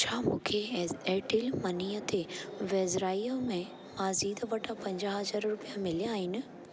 छा मूंखे Airtel money ते वेझिराईअ में माजिद वटां पंजाह हज़ार रुपिया मिलिया आहिनि